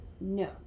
No